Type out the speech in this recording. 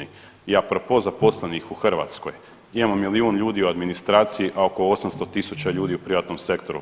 I a propos zaposlenih u Hrvatskoj, imamo milijun ljudi u administraciji, a oko 800 000 ljudi u privatnom sektoru.